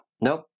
nope